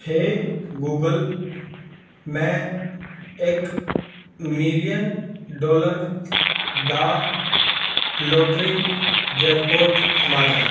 ਹੇ Google ਮੈਂ ਇੱਕ million dollar ਦਾ ਲਾਟਰੀ ਜੈਕਪਾਟ ਮਾਰਿਆ